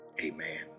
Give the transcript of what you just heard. Amen